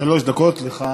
שלוש דקות לך.